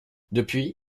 depuis